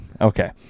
Okay